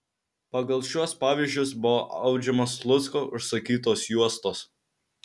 pagal šiuos pavyzdžius buvo audžiamos slucko užsakytos juostos